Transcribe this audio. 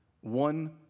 one